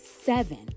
seven